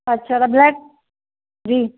अच्छा त ब्लड जी